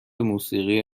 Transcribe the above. موسیقی